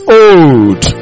old